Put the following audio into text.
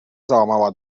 załamała